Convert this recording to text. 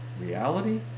Reality